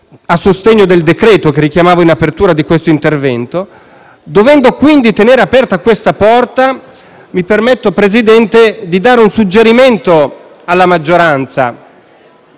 a sostegno del decreto-legge che richiamavo in apertura di questo intervento, dovendo quindi tenere aperta questa porta, mi permetto, signor Presidente, di dare un suggerimento alla maggioranza.